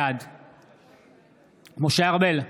בעד משה ארבל,